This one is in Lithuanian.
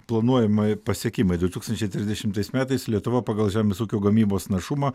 planuojama pasiekimai du tūkstančiai trisdešimtais metais lietuvoje pagal žemės ūkio gamybos našumą